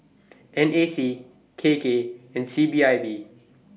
N A C K K and C P I B